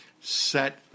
set